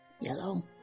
yellow